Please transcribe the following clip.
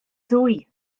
ddwy